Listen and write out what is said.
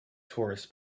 tourists